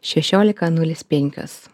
šešiolika nulis penkios